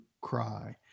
cry